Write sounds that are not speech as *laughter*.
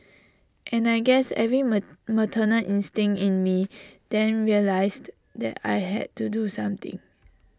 and I guess every *unintelligible* maternal instinct in me then realised that I had to do something